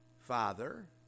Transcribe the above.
Father